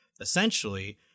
essentially